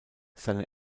seine